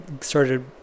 started